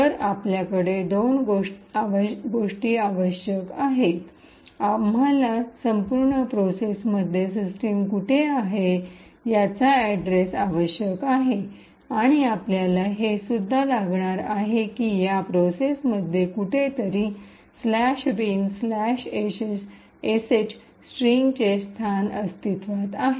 तर आपल्याकडे दोन गोष्टी आवश्यक आहेत आम्हाला संपूर्ण प्रोसेसमध्ये सिस्टम कुठे आहे याचा अड्रेस आवश्यक आहे आणि आपल्याला हे सुद्धा लागणार आहे की या प्रोसेस मध्ये कुठेतरी " bin sh" स्ट्रिंगचे स्थान अस्तित्त्वात आहे